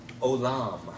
Olam